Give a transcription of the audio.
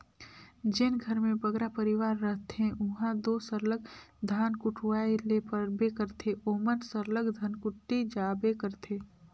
जेन घर में बगरा परिवार रहथें उहां दो सरलग धान कुटवाए ले परबे करथे ओमन सरलग धनकुट्टी जाबे करथे